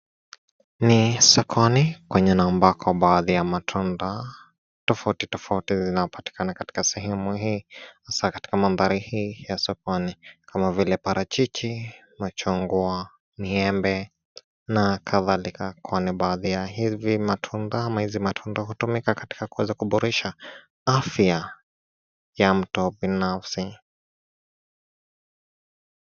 Ni sokoni kwenye na amboko kuna baadhi ya matunda tofautitofauti zinazopatikana sehemu hii, hasa katika mandhari hii ya sokoni kama vile parachichi, machungwa ,maembe na kadharika kwani baadhi ya hizi matunda hutumika hasa katika kuboresha afya ya mtu binafsi.